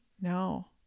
No